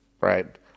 right